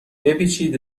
بپیچید